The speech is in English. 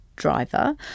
driver